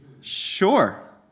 Sure